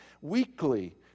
Weekly